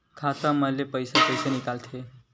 खाता मा ले पईसा कइसे निकल थे?